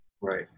Right